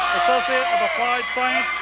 associate of applied science,